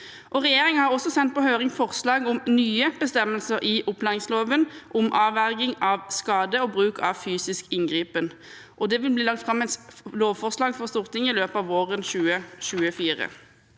Regjeringen har også sendt på høring forslag om nye bestemmelser i opplæringsloven om avverging av skade og bruk av fysisk inngripen, og det vil bli lagt fram et lovforslag for Stortinget i løpet av våren 2024.